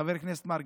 חבר הכנסת מרגי.